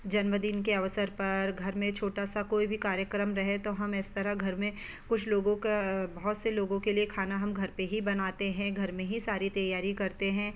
जन्मदिन के अवसर पर घर में छोटा सा कोई भी कार्यक्रम रहे तो हम इस तरह घर में कुछ लोगों का बहुत से लोगों के लिए खाना हम घर पे ही बनाते हैं घर में ही सारी तैयारी करते हैं